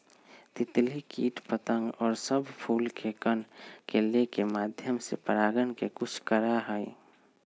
तितली कीट पतंग और सब फूल के कण के लेके माध्यम से परागण के कुछ करा हई